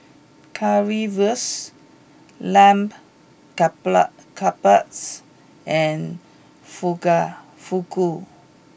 Currywurst Lamb Kebabs and Fuga Fugu